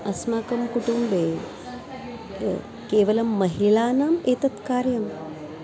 अस्माकं कुटुम्बे केवलं महिलानाम् एतत् कार्यम्